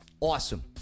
Awesome